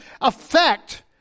affect